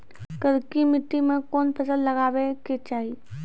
करकी माटी मे कोन फ़सल लगाबै के चाही?